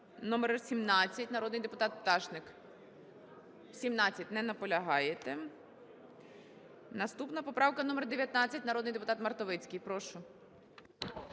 Народний депутат Мартовицький.